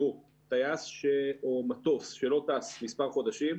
טייס או מטוס שלא טס מספר חודשים,